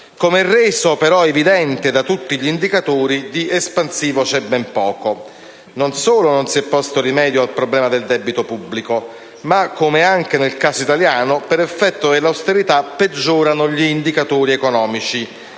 Come però è reso evidente da tutti gli indicatori, di espansivo c'è ben poco. Non solo non si è posto rimedio al problema del debito pubblico, ma - come anche nel caso italiano - per effetto dell'austerità peggiorano gli indicatori economici